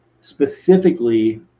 specifically